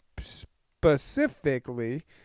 specifically